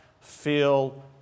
feel